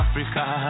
Africa